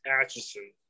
atchison